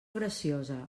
graciosa